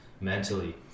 mentally